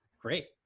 Great